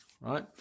right